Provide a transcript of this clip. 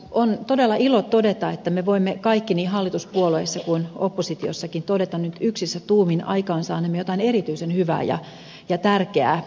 on todella ilo todeta että me voimme kaikki niin hallituspuolueissa kuin oppositiossakin todeta nyt yksissä tuumin aikaansaaneemme jotain erityisen hyvää ja tärkeää